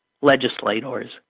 legislators